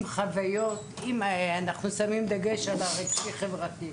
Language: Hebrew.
עם חוויות ודגש על הנושא החברתי.